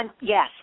Yes